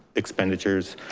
expenditures,